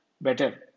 better